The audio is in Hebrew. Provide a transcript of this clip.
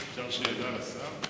אפשר שאלה לשר?